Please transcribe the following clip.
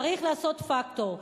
צריך לעשות פקטור.